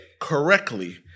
correctly